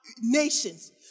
nations